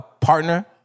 partner